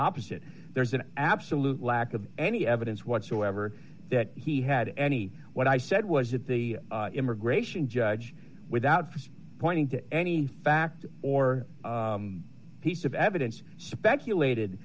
opposite there's an absolute lack of any evidence whatsoever that he had any what i said was that the immigration judge without st pointing to any fact or piece of evidence speculated